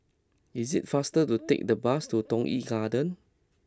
is it faster to take the bus to Toh Yi Garden